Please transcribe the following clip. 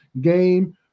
game